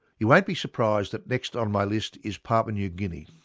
you won't be surprised that next on my list is papua new guinea.